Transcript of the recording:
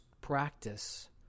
practice